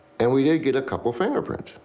and we did get a couple fingerprints.